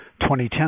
2010